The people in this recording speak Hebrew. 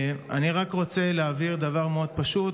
אני רק רוצה להבהיר דבר מאוד פשוט: